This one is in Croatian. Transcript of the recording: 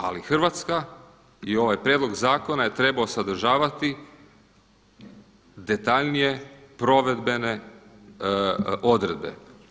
Ali Hrvatska i ovaj prijedlog zakona je trebao sadržavati detaljnije provedbene odredbe.